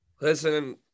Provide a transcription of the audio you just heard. Listen